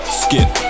skip